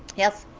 yes.